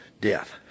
death